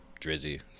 Drizzy